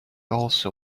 also